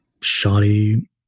shoddy